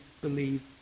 believe